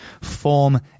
form